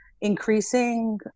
increasing